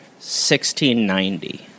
1690